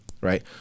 right